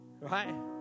Right